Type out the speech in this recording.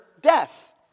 death